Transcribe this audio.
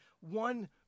one